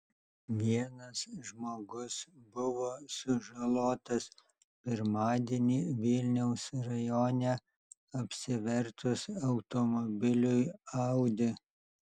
vienas žmogus buvo sužalotas pirmadienį vilniaus rajone apsivertus automobiliui audi